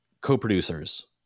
co-producers